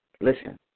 Listen